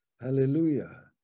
hallelujah